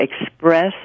express